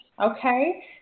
okay